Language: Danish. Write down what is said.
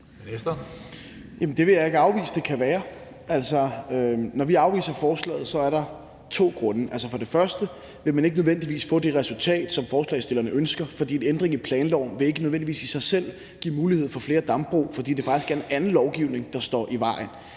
Det vil jeg ikke afvise at det kan være. Altså, når vi afviser forslaget, er der to grunde. For det første vil man ikke nødvendigvis få det resultat, som forslagsstillerne ønsker, for en ændring i planloven vil ikke nødvendigvis i sig selv give mulighed for flere dambrug, fordi det faktisk er en anden lovgivning, der står i vejen.